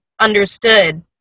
understood